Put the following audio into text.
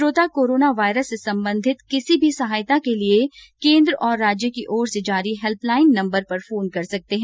श्रोता coronavirus से संबंधित किसी भी सहायता के लिए केन्द्र और राज्य की ओर से जारी हेल्प लाइन नम्बर पर फोन कर सकते हैं